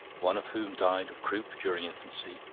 one of whom died of croup during infancy,